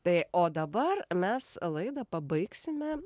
tai o dabar mes laidą pabaigsime